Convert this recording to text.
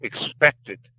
expected